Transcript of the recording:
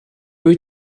wyt